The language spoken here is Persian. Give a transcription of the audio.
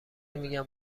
میگن